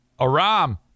Aram